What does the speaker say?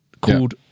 called